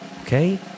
Okay